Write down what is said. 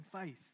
faith